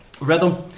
rhythm